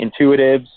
intuitives